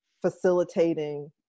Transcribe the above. facilitating